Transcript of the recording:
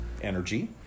energy